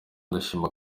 ndashima